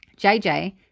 JJ